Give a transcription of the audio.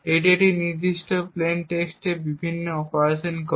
এটি এই নির্দিষ্ট প্লেইন টেক্সটে বিভিন্ন অপারেশন করে